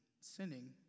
sinning